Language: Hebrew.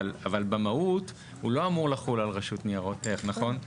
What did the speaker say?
אבל במהות הוא לא אמור לחול על רשות ניירות ערך נכון?